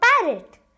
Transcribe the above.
parrot